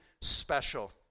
special